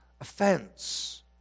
offense